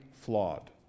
flawed